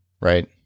Right